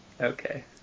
Okay